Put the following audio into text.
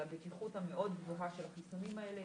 על הבטיחות המאוד גבוהה של החיסונים האלה,